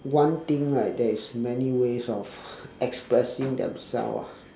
one thing right there is many ways of expressing themselves ah